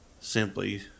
simply